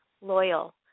loyal